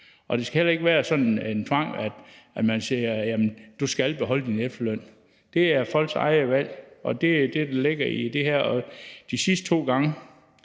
Og det skal heller ikke være en tvang, sådan at man siger: Du skal beholde din efterløn. Det er folks eget valg, og det er det, der ligger i det her. De sidste to gange,